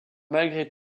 malgré